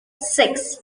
six